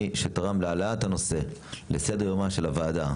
ולכל מי שתרם להעלאת הנושא על סדר יומה של הוועדה.